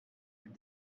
and